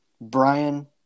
Brian